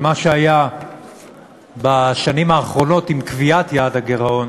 על מה שהיה בשנים האחרונות עם קביעת יעד הגירעון